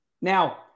now